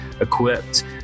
equipped